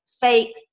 fake